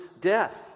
death